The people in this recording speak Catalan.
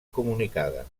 comunicada